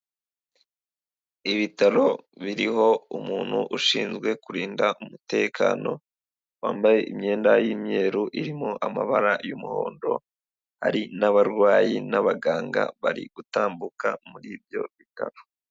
Ibitaro biriho umuntu ushinzwe kurinda umutekano, wambaye imyenda y'imyeru irimo amabara y'umuhondo, hari n'abarwayi n'abaganga bari gutambuka muri ibyo bitaro.